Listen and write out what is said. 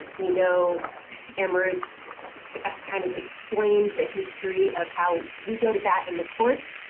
we know amaroq kind of explained the history of how we go to bat in the courts.